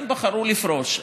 הם בחרו לפרוש.